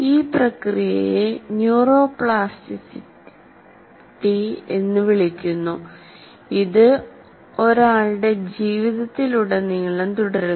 ഈ പ്രക്രിയയെ ന്യൂറോപ്ലാസ്റ്റിറ്റി എന്ന് വിളിക്കുന്നു ഇത് ഒരാളുടെ ജീവിതത്തിലുടനീളം തുടരുന്നു